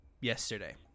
yesterday